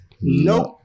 Nope